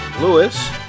Lewis